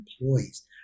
employees